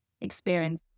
experience